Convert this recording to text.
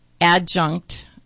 adjunct